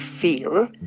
feel